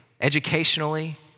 educationally